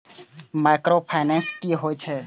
Micro finance कि होई छै?